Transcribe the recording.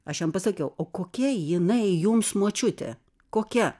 aš jam pasakiau o kokia jinai jums močiutė kokia